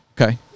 Okay